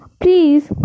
please